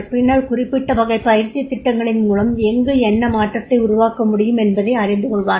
பின்னர் குறிப்பிட்டவகைப் பயிற்சித் திட்டங்களின் மூலம் எங்கு என்ன மாற்றத்தை உருவாக்க முடியும் என்பதை அறிந்து கொள்வார்கள்